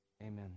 Amen